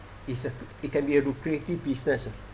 it's a it can be a good creative business uh